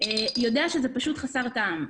יודע שזה פשוט חסר טעם.